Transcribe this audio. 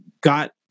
got